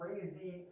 crazy